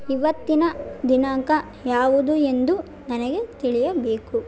ಇವತ್ತಿನ ದಿನಾಂಕ ಯಾವುದು ಎಂದು ನನಗೆ ತಿಳಿಯಬೇಕು